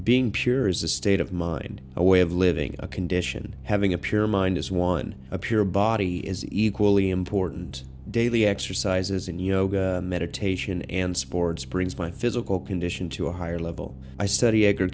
a state of mind a way of living a condition having a pure mind as one a pure body is equally important daily exercises in yoga meditation and sports brings my physical condition to a higher level i study egg